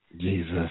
Jesus